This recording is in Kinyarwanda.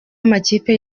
amakipe